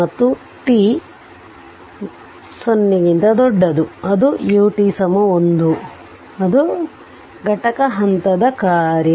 ಮತ್ತು t t 0 ಅದು ut 1 ಅದು ಘಟಕ ಹಂತದ ಕಾರ್ಯ